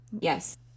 Yes